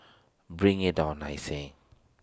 bring IT on I say